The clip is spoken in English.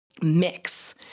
mix